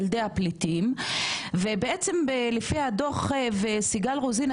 ילדי הפליטים ובעצם לפי הדוח וסיגל רוזן,